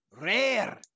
Rare